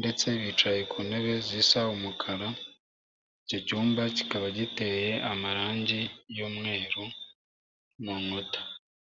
ndetse bicaye ku ntebe zisa umukara, iki cyumba kikaba giteye amarangi y'umweru mu nkuta.